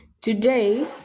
Today